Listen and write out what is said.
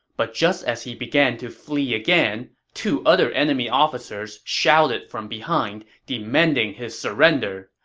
but just as he began to flee again, two other enemy officers shouted from behind, demanding his surrender.